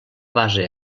base